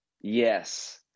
yes